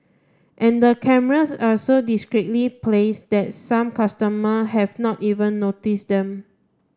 and the cameras are so discreetly placed that some customer have not even notice them